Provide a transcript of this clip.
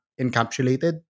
encapsulated